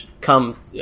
come